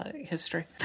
history